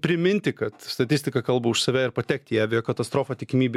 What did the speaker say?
priminti kad statistika kalba už save ir patekti į aviakatastrofą tikimybė